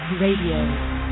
Radio